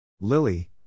Lily